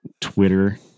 twitter